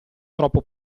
troppo